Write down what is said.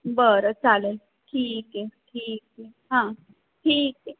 बरं चालेल ठीक आहे ठीक आहे हां ठीक आहे